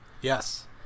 Yes